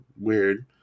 weird